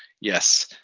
Yes